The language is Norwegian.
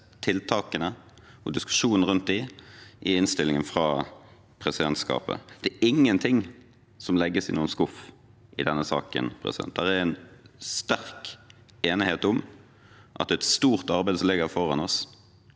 tiltakene og diskusjonen rundt dem i innstillingen fra presidentskapet. Det er ingenting som legges i noen skuff i denne saken. Det er en sterk enighet om at det ligger et stort arbeid foran oss